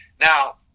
Now